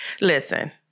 listen